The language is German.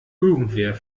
irgendwer